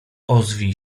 ozwij